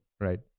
right